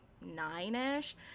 nine-ish